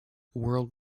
world